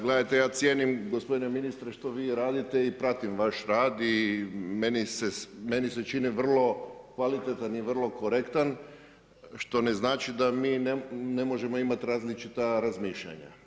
Gledajte ja cijenim gospodine ministre što vi radite i pratim vaš rad i meni se čini vrlo kvalitetan i vrlo korektan što ne znači da mi ne možemo imat različita razmišljanja.